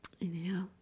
Inhale